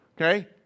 Okay